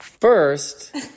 First